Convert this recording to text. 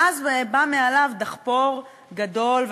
ואז בא מעליו דחפור גדול,